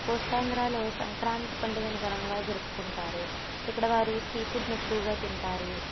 కోస్తాంధ్రాలో సంక్రాంతి పండుగను ఘనంగా జరుపుకుంటారు ఇక్కడ వారు సీ ఫుడ్ను ఎక్కువగా తింటారు